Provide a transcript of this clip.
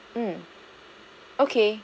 mm okay